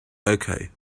okay